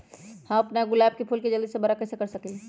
हम अपना गुलाब के फूल के जल्दी से बारा कईसे कर सकिंले?